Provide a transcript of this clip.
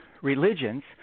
religions